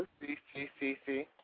C-C-C-C